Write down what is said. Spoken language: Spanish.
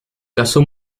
casó